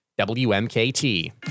WMKT